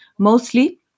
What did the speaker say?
mostly